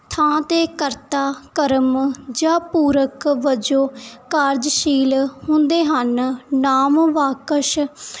ਥਾਂ 'ਤੇ ਕਰਤਾ ਕਰਮ ਜਾਂ ਪੂਰਕ ਵਜੋਂ ਕਾਰਜਸ਼ੀਲ ਹੁੰਦੇ ਹਨ ਨਾਂਵ ਵਾਕੰਸ਼